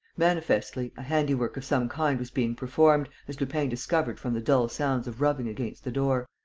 manifestly, a handiwork of some kind was being performed, as lupin discovered from the dull sounds of rubbing against the door.